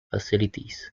facilities